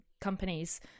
companies